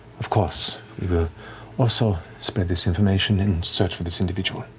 of course. we will also spread this information and search for this individual.